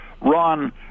Ron